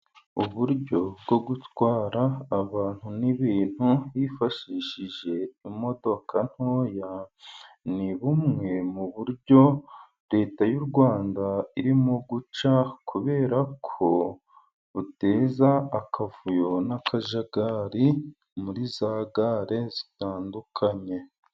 Uburyo bwo gutwara abantu n'ibintu, hifashishijwe imodoka ntoya, ni bumwe mu buryo Leta y'u Rwanda irimo guca, kubera ko buteza akavuyo n'akajagari, muri za gare zitandukanye.